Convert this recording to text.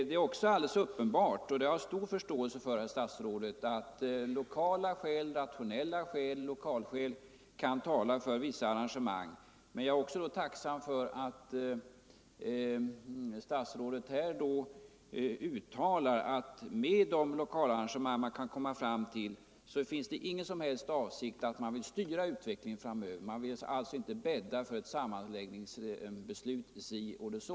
Det är alldeles uppenbart — och det har jag stor förståelse för herr statsråd — att rationella lokalskäl kan tala för vissa arrangemang, men jag är också tacksam för att statsrådet uttalar att bakom de lokala arrangemang man kan komma fram till finns ingen som helst avsikt att styra utvecklingen framöver. Man vill alltså inte bädda för ett sammanläggningsbeslut so oder so.